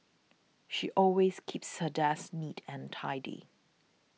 she always keeps her desk neat and tidy